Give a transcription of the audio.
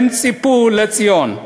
הם ציפו לציון.